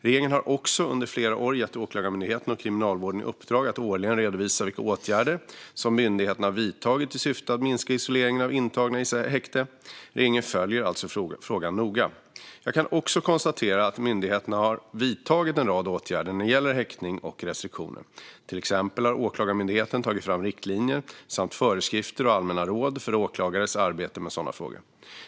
Regeringen har också under flera år gett Åklagarmyndigheten och Kriminalvården i uppdrag att årligen redovisa vilka åtgärder myndigheterna har vidtagit i syfte att minska isoleringen av intagna i häkte. Regeringen följer alltså frågan noga. Jag kan också konstatera att myndigheterna har vidtagit en rad åtgärder när det gäller häktning och restriktioner. Till exempel har Åklagarmyndigheten tagit fram riktlinjer samt föreskrifter och allmänna råd för åklagares arbete med sådana frågor.